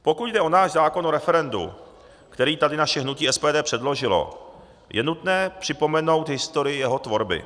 Pokud jde o náš zákon o referendu, který tady naše hnutí SPD předložilo, je nutné připomenout historii jeho tvorby.